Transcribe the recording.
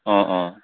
অঁ অঁ